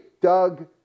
Doug